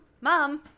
Mom